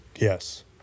Yes